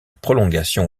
prolongation